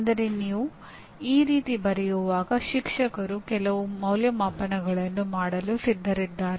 ಅಂದರೆ ನೀವು ಈ ರೀತಿ ಬರೆಯುವಾಗ ಶಿಕ್ಷಕರು ಕೆಲವು ಅಂದಾಜುವಿಕೆಗಳನ್ನು ಮಾಡಲು ಸಿದ್ಧರಿದ್ದಾರೆ